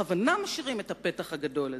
בכוונה משאירים את הפתח הגדול הזה.